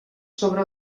sobre